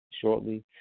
shortly